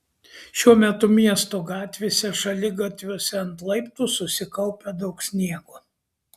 šiuo metu miesto gatvėse šaligatviuose ant laiptų susikaupę daug sniego